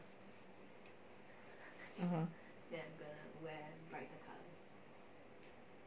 (uh huh)